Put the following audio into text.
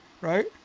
Right